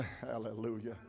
Hallelujah